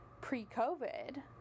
pre-COVID